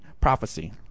prophecy